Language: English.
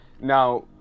Now